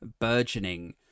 burgeoning